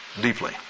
deeply